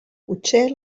potser